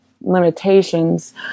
limitations